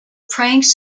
pranks